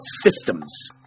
systems